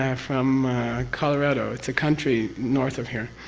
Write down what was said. yeah from colorado, it's a country north of here.